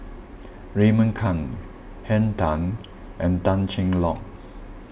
Raymond Kang Henn Tan and Tan Cheng Lock